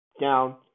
down